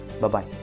Bye-bye